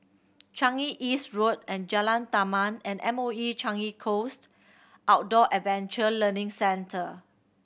Changi East Road and Jalan Taman and M O E Changi Coast Outdoor Adventure Learning Centre